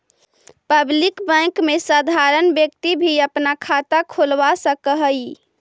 public bank में साधारण व्यक्ति भी अपना खाता खोलवा सकऽ हइ